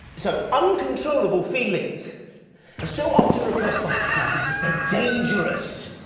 so uncontrollable feelings. are so often repressed by society because they're dangerous!